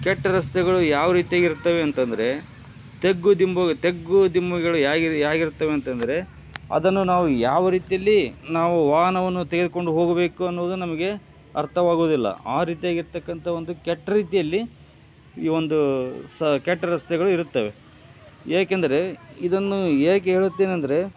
ಕೆಟ್ಟ ರಸ್ತೆಗಳು ಯಾವ ರೀತಿಯಾಗಿ ಇರ್ತವೆ ಅಂತಂದರೆ ತಗ್ಗು ದಿಂಬು ತಗ್ಗು ದಿಮ್ಮುಗಳುಯಾಗಿವ್ ಹ್ಯಾಗಿರ್ತವೆ ಅಂತಂದರೆ ಅದನ್ನು ನಾವು ಯಾವ ರೀತಿಯಲ್ಲಿ ನಾವು ವಾಹನವನ್ನು ತೆಗೆದುಕೊಂಡು ಹೋಗಬೇಕು ಅನ್ನೋದು ನಮಗೆ ಅರ್ಥವಾಗುವುದಿಲ್ಲ ಆ ರೀತಿಯಾಗಿರತಕ್ಕಂಥ ಒಂದು ಕೆಟ್ಟ ರೀತಿಯಲ್ಲಿ ಈ ಒಂದು ಸಾ ಕೆಟ್ಟ ರಸ್ತೆಗಳು ಇರುತ್ತವೆ ಏಕೆಂದರೆ ಇದನ್ನು ಹೇಗೇಳುತ್ತೇನಂದ್ರೆ